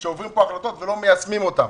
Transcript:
עוברות פה החלטות, ולא מיישמים אותן.